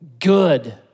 Good